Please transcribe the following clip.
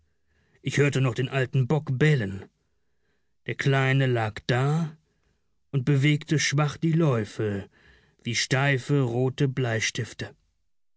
ich hörte noch den alten bock bellen der kleine lag da und bewegte schwach die läufe wie steife rote bleistifte